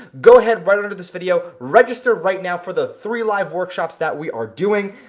go ahead right under this video, register right now for the three live workshops that we are doing,